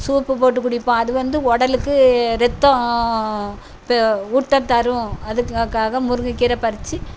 soup போட்டு குடிப்போம் அது வந்து உடலுக்கு ரத்தம் பெ ஊட்டம் தரும் அதுக்கக்காக முருங்கை கீரை பறித்து